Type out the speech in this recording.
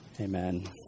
Amen